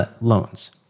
loans